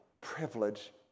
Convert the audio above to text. privilege